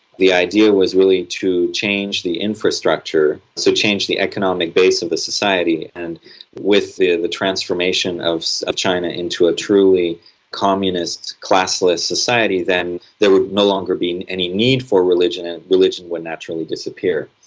the idea was really to change the infrastructure, so change the economic base of the society. and with the the transformation of of china into a truly communist, classless society, then there would no longer be and any need for religion and religion would naturally disappear.